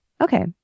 Okay